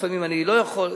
לפעמים אני לא יכול,